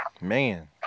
Man